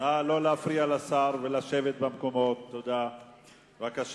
נא לא להפריע לשר ולשבת במקומות, ועוד